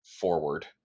forward